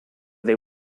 they